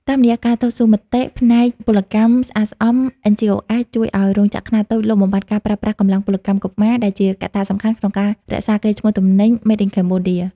តាមរយៈការតស៊ូមតិផ្នែកពលកម្មស្អាតស្អំ NGOs ជួយឱ្យរោងចក្រខ្នាតតូចលុបបំបាត់ការប្រើប្រាស់កម្លាំងពលកម្មកុមារ ដែលជាកត្តាសំខាន់ក្នុងការរក្សាកេរ្តិ៍ឈ្មោះទំនិញ "Made in Cambodia"។